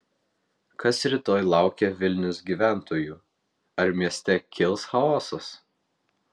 kas rytoj laukia vilnius gyventojų ar mieste kils chaosas